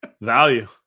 Value